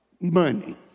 money